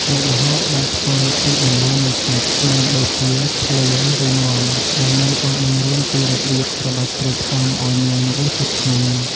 មុខម្ហូបដែលធ្វើពីបន្លែនិងសាច់មានដូចជា ភ្លា ឬញាំ ដែលមានការបង្រៀនពីរបៀបច្របាច់គ្រឿងផ្សំឱ្យមានរសជាតិឆ្ងាញ់។